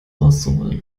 rauszuholen